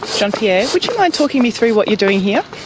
jean-pierre, would you mind talking me through what you're doing here?